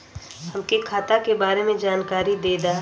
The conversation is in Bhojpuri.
हमके खाता के बारे में जानकारी देदा?